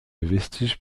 vestiges